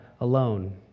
alone